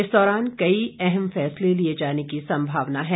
इस दौरान कई अहम फैसले लिए जाने की संभावना है